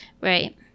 right